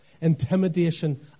Intimidation